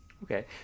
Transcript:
Okay